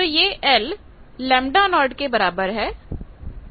तो यह l λ0 के बराबर है